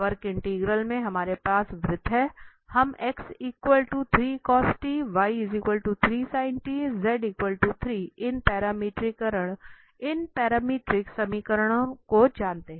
वक्र इंटीग्रल में हमारे पास वृत्त है हम x 3 cos t y 3 sin t z 3 इन पैरामीट्रिक समीकरणों को जानते हैं